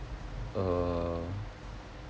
err